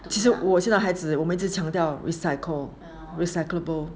其实我现在孩子我们一直强调 recycle recyclable